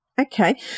Okay